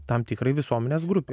tam tikrai visuomenės grupei